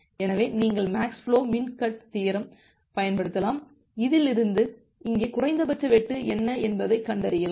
எனவே நீங்கள் max flow min cut theorem பயன்படுத்தலாம் இதிலிருந்து இங்கே குறைந்தபட்ச வெட்டு என்ன என்பதைக் கண்டறியலாம்